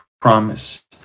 promise